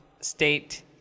state